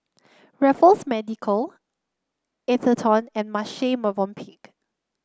Raffles Medical Atherton and Marche Movenpick